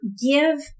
give